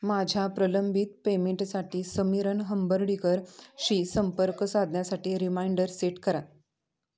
माझ्या प्रलंबित पेमेंटसाठी समीरन हंबर्डीकर शी संपर्क साधण्यासाठी रिमाइंडर सेट करा